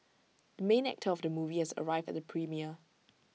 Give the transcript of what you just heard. the main actor of the movie has arrived at the premiere